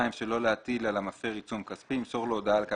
שלא להטיל על המפר עיצום כספי ימסור לו הודעה על כך,